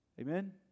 Amen